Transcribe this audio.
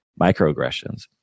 microaggressions